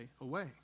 away